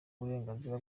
uburenganzira